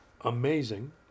amazing